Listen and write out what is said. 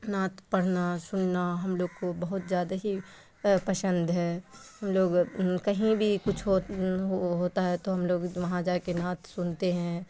نعت پڑھنا سننا ہم لوگ کو بہت زیادہ ہی پسند ہے ہم لوگ کہیں بھی کچھ ہو ہو ہوتا ہے تو ہم لوگ وہاں جا کے نعت سنتے ہیں